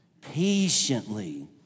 patiently